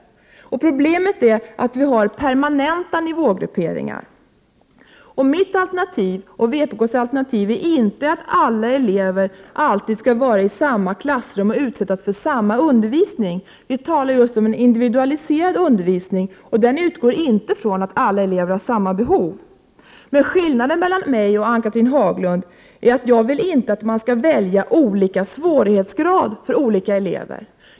Problemet är att vi har permanenta nivågrupperingar. Mitt och vpk:s alternativ är inte att alla elever alltid skall vara i samma klassrum och utsättas för samma undervisning. Vi talade just om en individualiserad undervisning. Den utgår inte från att alla elever har samma behov. Skillnaden mellan mina och Ann-Cathrine Haglunds åsikter är att jag inte vill att eleverna skall välja olika svårighetsgrad.